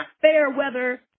fair-weather